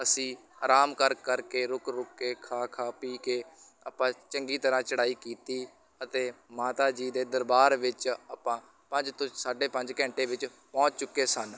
ਅਸੀਂ ਆਰਾਮ ਕਰ ਕਰਕੇ ਰੁਕ ਰੁਕ ਕੇ ਖਾ ਖਾ ਪੀ ਕੇ ਆਪਾਂ ਚੰਗੀ ਤਰ੍ਹਾਂ ਚੜ੍ਹਾਈ ਕੀਤੀ ਅਤੇ ਮਾਤਾ ਜੀ ਦੇ ਦਰਬਾਰ ਵਿੱਚ ਆਪਾਂ ਪੰਜ ਤੋਂ ਸਾਢੇ ਪੰਜ ਘੰਟੇ ਵਿੱਚ ਪਹੁੰਚ ਚੁੱਕੇ ਸਨ